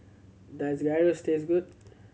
does Gyros taste good